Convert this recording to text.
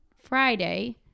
Friday